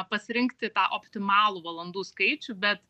pasirinkti tą optimalų valandų skaičių bet